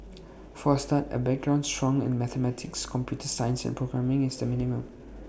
for A start A background strong in mathematics computer science and programming is the minimum